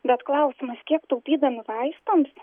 bet klausimas kiek taupydami vaistams